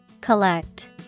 collect